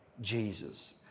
Jesus